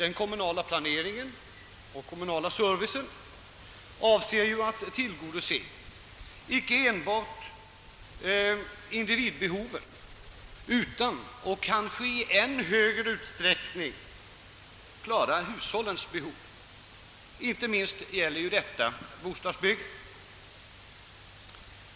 Den kommunala planeringen och servicen avser ju icke enbart att tillgodose individbehoven utan kanske framför allt hushållens behov. Inte minst gäller detta bostadsbyggandet.